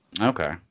Okay